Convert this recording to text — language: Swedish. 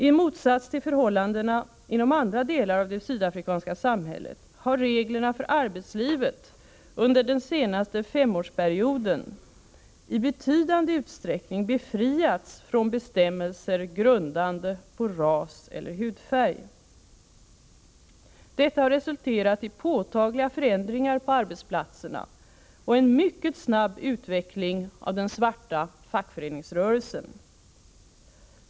I motsats till förhållandena inom andra delar av det sydafrikanska samhället har reglerna för arbetslivet under den senaste femårsperioden i betydande utsträckning befriats från bestämmelser grundade på ras eller hudfärg. Detta har resulterat i påtagliga förändringar på arbetsplatserna och en mycket snabb utveckling av den svarta fackföreningsrörelsen.